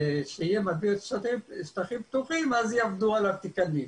כשיהיה מדביר שטחים פתוחים אז יעבדו על התיקנים.